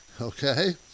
okay